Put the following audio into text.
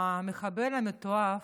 המחבל המתועב,